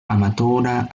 amatora